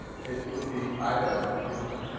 it could be either? could be either. yeah